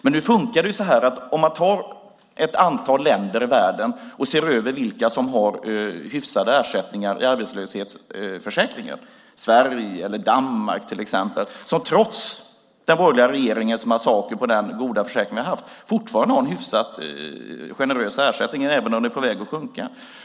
Men nu fungerar det så att man kan ta ett antal länder i världen och se efter vilka som har hyfsade ersättningar i arbetslöshetsförsäkringen, till exempel Sverige eller Danmark. Sverige har, trots den borgerliga regeringens massaker på den goda försäkring vi har haft, fortfarande en hyfsat generös ersättning även om den är på väg att sjunka.